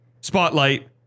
Spotlight